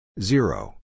Zero